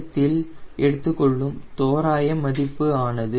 தொடக்கத்தில் எடுத்துக்கொள்ளும் தோராய மதிப்பு ஆனது 0